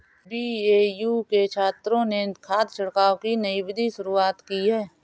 BAU के छात्रों ने खाद छिड़काव की नई विधि विकसित की है